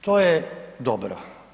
To je dobro.